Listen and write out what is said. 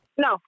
No